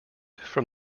from